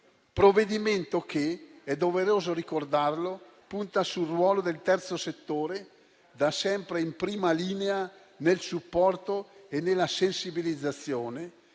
provvedimento che, è doveroso ricordarlo, punta sul ruolo del terzo settore, da sempre in prima linea nel supporto e nella sensibilizzazione,